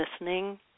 listening